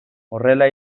horrela